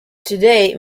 today